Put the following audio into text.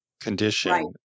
condition